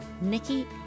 Nikki